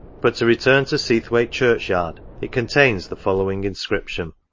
but to return to seathwaite church-yard it con tains the following inscription.